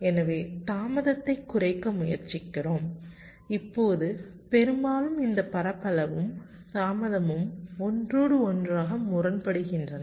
எனவே தாமதத்தை குறைக்க முயற்சிக்கிறோம் இப்போது பெரும்பாலும் இந்த பரப்பளவும் தாமதமும் ஒன்றோடொன்றாக முரண்படுகின்றன